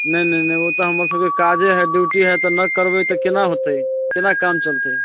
नहि नहि नहि ओ तऽ हमर सबके काजे हय ड्यूटी हय तऽ नहि करबै तऽ केना होतै केना काम चलतै